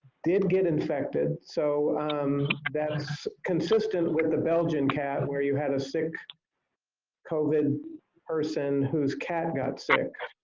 did get infected so that is consistent with the belgian cat where you had a sick covid person whose cat got sick